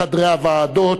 בחדרי הוועדות,